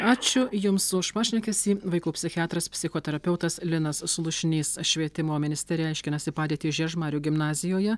ačiū jums už pašnekesį vaikų psichiatras psichoterapeutas linas slušnys švietimo ministerija aiškinasi padėtį žiežmarių gimnazijoje